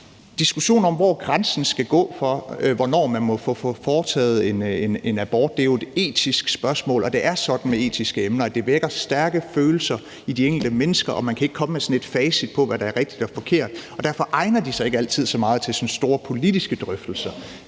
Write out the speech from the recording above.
Diskussionen om, hvor grænsen skal gå for, hvornår man må få foretaget en abort, er jo et etisk spørgsmål, og det er sådan med etiske emner, at det vækker stærke følelser i de enkelte mennesker, og man kan komme med sådan et facit på, hvad der er rigtigt og forkert. Derfor egner det sig ikke altid så meget til sådan store politiske drøftelser.